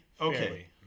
Okay